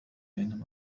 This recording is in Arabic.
أين